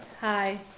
Hi